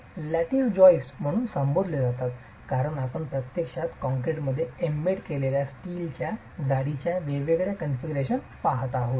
हे lattice joist म्हणून संबोधले जातात कारण आपण प्रत्यक्षात कॉंक्रिटमध्ये एम्बेड केलेल्या स्टीलच्या जाळीच्या वेगवेगळ्या कॉन्फिगरेशन पहात आहोत